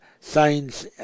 signs